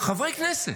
חברי כנסת.